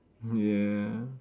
ya